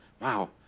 Wow